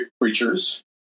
creatures